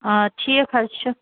آ ٹھیٖک حظ چھُ